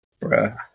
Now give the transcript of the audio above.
Bruh